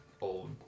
old